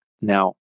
Now